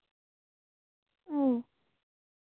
ᱳ